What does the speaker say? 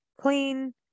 clean